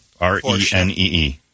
R-E-N-E-E